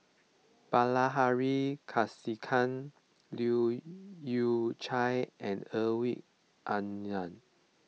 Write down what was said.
Bilahari Kausikan Leu Yew Chye and Hedwig Anuar